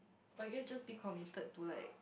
I guess just be committed to like